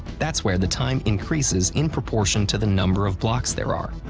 that's where the time increases in proportion to the number of blocks there are.